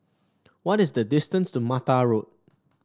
what is the distance to Mattar Road